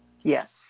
Yes